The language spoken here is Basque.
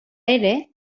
ere